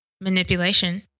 manipulation